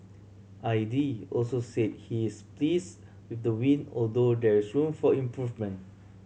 aide also said he is please with the win although there is room for improvement